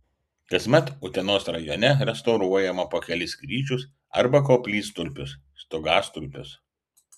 kasmet utenos rajone restauruojama po kelis kryžius arba koplytstulpius stogastulpius